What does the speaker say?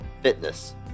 fitness